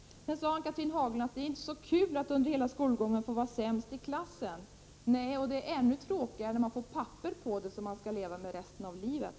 Ann-Cathrine Haglund sade också att det inte är så kul att under hela skolgången få vara sämst i klassen. Nej, och det är ännu tråkigare att få ett papper på det, som man sedan skall leva med resten av livet!